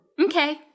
Okay